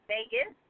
Vegas